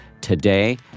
today